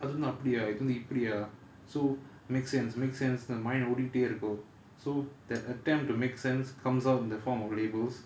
அது வந்து அப்டியா இது வந்து இப்படியா:athu vanthu apdiyaa ithu vanthu ippadiyaa so make sense make sense mind ஓடிட்டே இருக்கும்:odeettae irukum so that attempt to make sense comes out in the form of labels